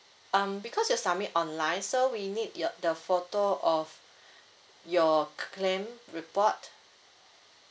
um because you submit online so we need your the photo of your claim report